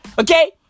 Okay